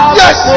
yes